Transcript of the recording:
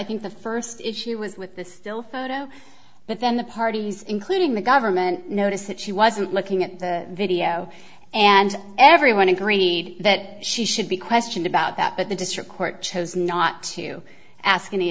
think the first issue was with the still photo but then the parties including the government notice that she wasn't looking at the video and everyone agreed that she should be questioned about that but the district court chose not to ask any